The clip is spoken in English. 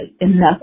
enough